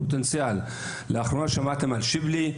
לאחרונה שמעתם על "שיבלי",